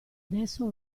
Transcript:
adesso